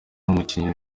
umukinnyi